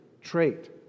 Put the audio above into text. trait